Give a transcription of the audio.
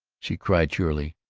she cried cheerily,